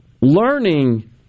learning